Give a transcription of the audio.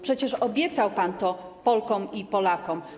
Przecież obiecał pan to Polkom i Polakom.